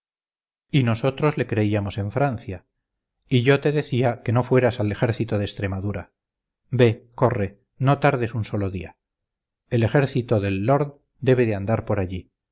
y nosotros le creíamos en francia y yo te decía que no fueras al ejército de extremadura ve corre no tardes un solo día el ejército del lorddebe de andar por allí